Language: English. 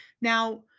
now